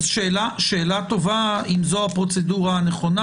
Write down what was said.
אז זו שאלה טובה אם זו הפרוצדורה הנכונה.